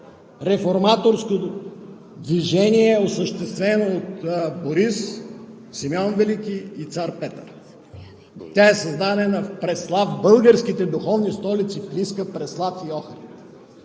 реформаторско движение, осъществено от Борис, Симеон Велики и цар Петър. Тя е в българските духовни столици Плиска, Преслав и Охрид.